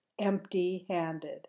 empty-handed